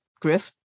Griff